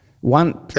One